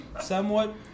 somewhat